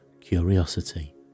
curiosity